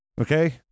okay